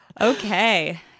Okay